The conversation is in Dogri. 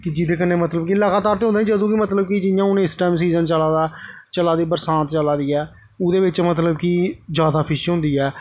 कि जेह्दे कन्नै मतलब कि लगातार ते होंदा जदूं बी मतलब कि जियां हून इस टैम सीज़न चला दा ऐ चला दी बरसांत चला दी ऐ ओह्दे बिच्च मतलब कि जादा फिश होंदी ऐ